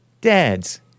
Dads